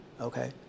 Okay